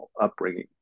upbringing